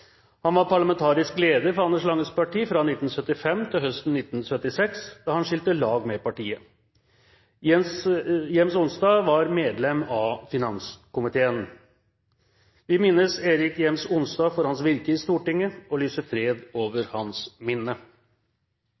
Han var parlamentarisk leder for Anders Langes Parti fra 1975 til høsten 1976, da han skilte lag med partiet. Gjems-Onstad var medlem av finanskomiteen. Vi minnes Erik Gjems-Onstad for hans virke i Stortinget og lyser fred over hans minne.